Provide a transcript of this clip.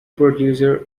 producer